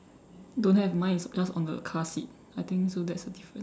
don't have mine is just on the car seat I think so that's the difference